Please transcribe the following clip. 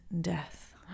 death